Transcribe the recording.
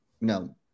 no